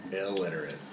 Illiterate